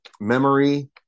memory